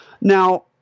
Now